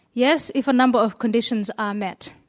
yes, if a number of conditions are met.